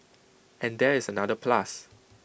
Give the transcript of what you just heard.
and there is another plus